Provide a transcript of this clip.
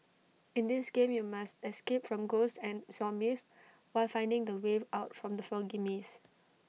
in this game you must escape from ghosts and zombies while finding the way out from the foggy maze